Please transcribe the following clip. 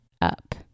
up